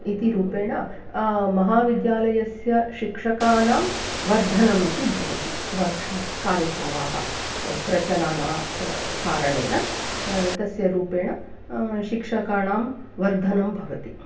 इति रूपेण महाविद्यालयस्य शिक्षकानां वर्धनम् अपि भवति वर्क्शाप्स् कार्यशालाः प्रचलनात् कारणेन तस्य रूपेण शिक्षकानां वर्धनं भवति